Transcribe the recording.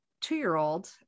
two-year-old